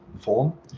form